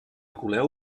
coleu